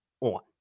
on